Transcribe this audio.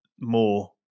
more